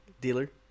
dealer